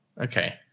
okay